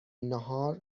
ناهار